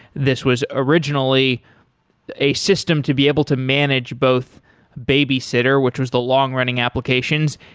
this was originally a system to be able to manage both babysitter, which was the long-running applications,